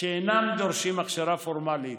שאינם דורשים הכשרה פורמלית.